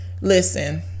listen